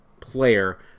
player